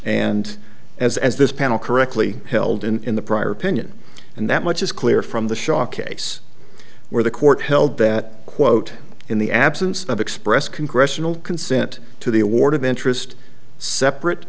and as this panel correctly held in the prior opinion and that much is clear from the shah case where the court held that quote in the absence of express congressional consent to the award of interest separate